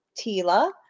TILA